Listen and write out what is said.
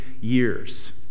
years